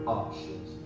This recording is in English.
options